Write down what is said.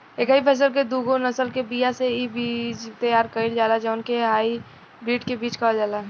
एकही फसल के दूगो नसल के बिया से इ बीज तैयार कईल जाला जवना के हाई ब्रीड के बीज कहल जाला